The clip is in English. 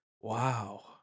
Wow